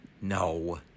No